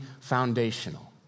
foundational